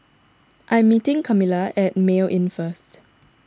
I am meeting Kamila at Mayo Inn first